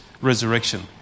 resurrection